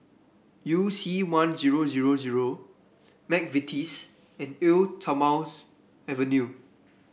You C One Zero Zero Zero McVitie's and Eau Thermale Avene